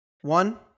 one